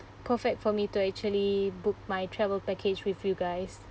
perfect for me to actually book my travel package with you guys